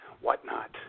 whatnot